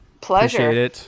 Pleasure